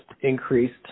increased